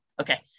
okay